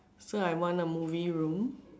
so I want a movie room